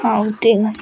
ହଉ ଠିକ୍ ଅଛି